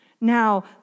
now